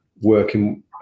working